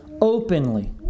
openly